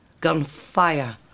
Gunfire